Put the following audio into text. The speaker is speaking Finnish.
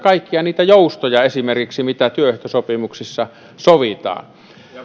esimerkiksi kaikkia niitä joustoja mitä työehtosopimuksissa sovitaan